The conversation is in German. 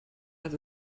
hat